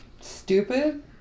Stupid